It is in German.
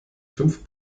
fünf